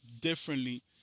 differently